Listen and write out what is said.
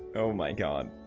oh my god